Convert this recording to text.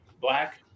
black